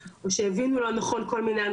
אנחנו בוחנים כל מקרה לגופו.